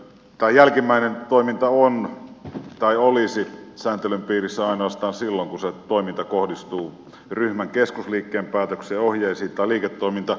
tämä jälkimmäinen toiminta olisi sääntelyn piirissä ainoastaan silloin kun toiminta kohdistuu ryhmän keskusliikkeen päätökseen ohjeisiin tai liiketoimintaratkaisuihin